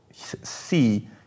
See